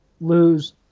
lose